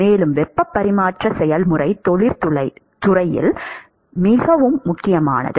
மேலும் வெப்ப பரிமாற்ற செயல்முறை தொழில்துறையில் மிகவும் முக்கியமானது